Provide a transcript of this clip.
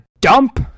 dump